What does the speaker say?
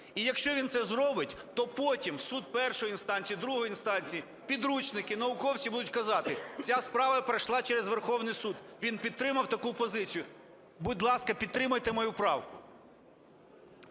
І якщо він це зробить, то потім суд першої інстанції, другої інстанції, підручники, науковці будуть казати: "Ця справа пройшла через Верховний Суд, він підтримав таку позицію". Будь ласка, підтримайте мою правку.